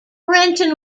renton